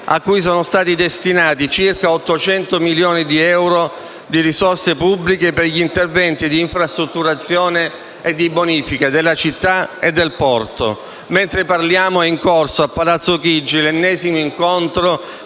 a cui sono stati destinati circa 800 milioni di euro di risorse pubbliche per gli interventi di infrastrutturazione e bonifica della città e del porto. Mentre parliamo è in corso, a Palazzo Chigi, l'ennesimo incontro